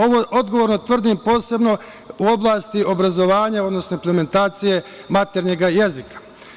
Ovo odgovorno tvrdim, posebno u oblasti obrazovanja, odnosno implementacije maternjeg jezika.